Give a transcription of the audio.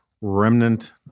remnant